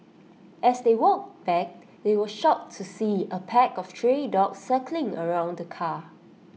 as they walked back they were shocked to see A pack of stray dogs circling around the car